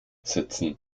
setzen